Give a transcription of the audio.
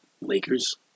Lakers